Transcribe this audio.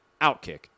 Outkick